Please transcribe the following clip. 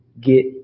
get